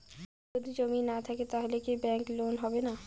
যদি জমি না থাকে তাহলে কি ব্যাংক লোন হবে না?